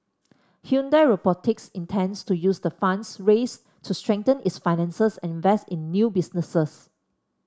Hyundai Robotics intends to use the funds raised to strengthen its finances and invest in new businesses